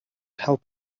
help